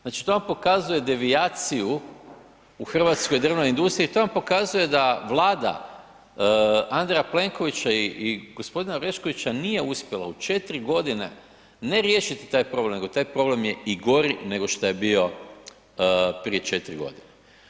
Znači to vam pokazuje devijaciju u hrvatskoj drvnoj industriji, to vam pokazuje da Vlada A. Plenkovića i g. Oreškovića nije uspjela u 4 g. ne riješiti taj problem nego taj problem je i gori nego šta je bio prije 4 godine.